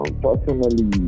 personally